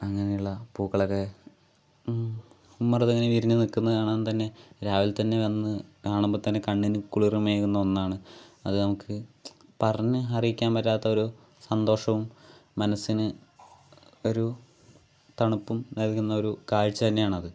അങ്ങനെയുള്ള പൂക്കളൊക്കെ ഉമ്മറത്തൊക്കെ ഇങ്ങനെ വിരിഞ്ഞു നിൽക്കുന്ന കാണാൻ തന്നെ രാവിലെത്തന്നെ വന്ന് കാണുമ്പോൾത്തന്നെ കണ്ണിനു കുളിർമയേകുന്ന ഒന്നാണ് അത് നമുക്ക് പറഞ്ഞ് അറിയിക്കാൻ പറ്റാത്തൊരു സന്തോഷവും മനസ്സിന് ഒരു തണുപ്പും നൽകുന്നൊരു കാഴ്ച്ചതന്നെയാണത്